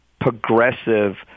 progressive